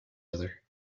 other